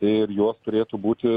ir jos turėtų būti